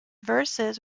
verses